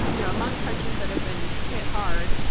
you know among countries that have been hit hard,